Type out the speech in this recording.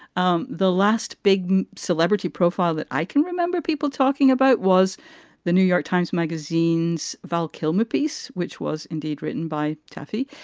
um the last big celebrity profile that i can remember people talking about was the new york times magazine's val kilmer piece, which was indeed written by taffy.